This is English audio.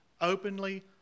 openly